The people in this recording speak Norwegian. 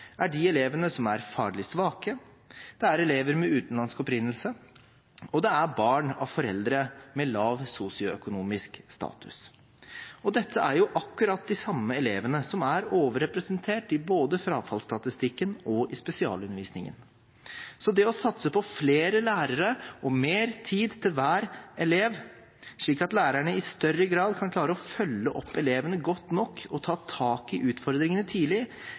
er de elevene som er faglig svake, det er elever av utenlandsk opprinnelse, og det er barn av foreldre med lav sosioøkonomisk status. Dette er akkurat de samme elevene som er overrepresentert i både frafallsstatistikken og i spesialundervisningen. Så det å satse på flere lærere og mer tid til hver elev, slik at lærerne i større grad kan klare å følge opp elevene godt nok og ta tak i utfordringene tidlig,